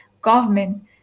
government